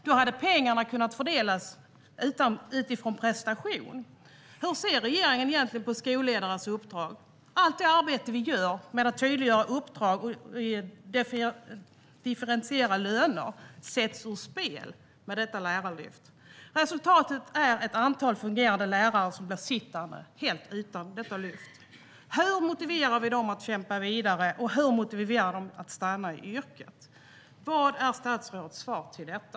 Då hade pengarna kunnat fördelas utifrån prestation. Hur ser regeringen egentligen på skolledarens uppdrag? Allt det arbete vi gör med att tydliggöra uppdrag och differentiera löner sätts ur spel med detta lärarlönelyft. Resultatet är ett antal fungerande lärare som blir sittande helt utan detta lyft. Hur motiverar vi dem att kämpa vidare? Och hur motiverar vi dem att stanna i yrket? Vad är statsrådets svar på detta?